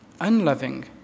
unloving